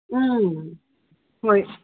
ꯎꯝ ꯍꯣꯏ